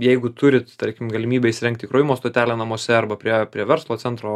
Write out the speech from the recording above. jeigu turit tarkim galimybę įsirengt įkrovimo stotelę namuose arba prie prie verslo centro